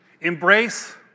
embrace